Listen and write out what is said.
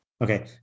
Okay